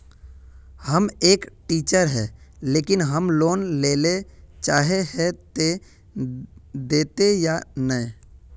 हम एक टीचर है लेकिन हम लोन लेले चाहे है ते देते या नय?